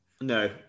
No